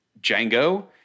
Django